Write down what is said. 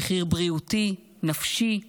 מחיר בריאותי, נפשי.